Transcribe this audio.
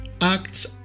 ACTS